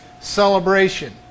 celebration